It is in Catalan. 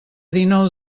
dinou